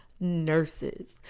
Nurses